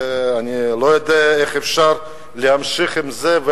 אני לא יודע איך אפשר להמשיך עם זה.